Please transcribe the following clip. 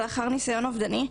לאחר ניסיון אובדני,